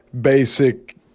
basic